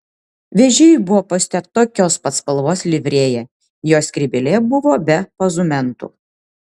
vežėjui buvo pasiūta tokios pat spalvos livrėja jo skrybėlė buvo be pozumentų